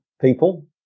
people